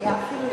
היו אפילו יותר.